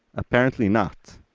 apparently not